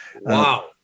Wow